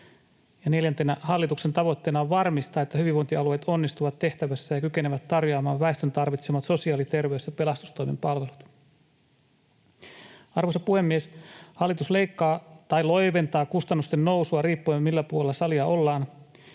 neljäntenä: hallituksen tavoitteena on varmistaa, että hyvinvointialueet onnistuvat tehtävässään ja kykenevät tarjoamaan väestön tarvitsemat sosiaali‑, terveys- ja pelastustoimen palvelut. Arvoisa puhemies! Hallitus leikkaa tai loiventaa kustannusten nousua — riippuen millä puolella salia ollaan